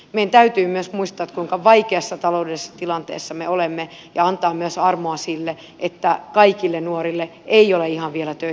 meidän täytyy myös muistaa kuinka vaikeassa taloudellisessa tilanteessa me olemme ja antaa myös armoa sille että kaikille nuorille ei ole ihan vielä töitä järjestynyt